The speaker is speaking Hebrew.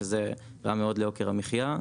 זה רע מאוד ליוקר המחיה.